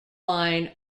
line